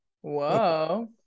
Whoa